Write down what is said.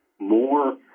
more